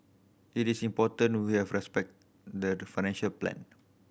it is important we have respect the financial plan